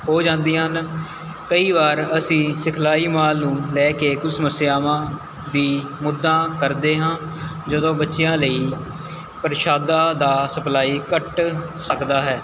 ਹੋ ਜਾਂਦੀਆਂ ਹਨ ਕਈ ਵਾਰ ਅਸੀਂ ਸਿਖਲਾਈ ਮਾਲ ਨੂੰ ਲੈ ਕੇ ਕੁਝ ਸਮੱਸਿਆਵਾਂ ਦੀ ਮੁੱਦਾਂ ਕਰਦੇ ਹਾਂ ਜਦੋਂ ਬੱਚਿਆਂ ਲਈ ਪ੍ਰਸ਼ਾਦਾਂ ਦਾ ਸਪਲਾਈ ਘੱਟ ਸਕਦਾ ਹੈ